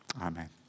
Amen